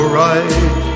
right